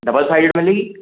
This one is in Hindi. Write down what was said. डबल साइडेड मिलेगा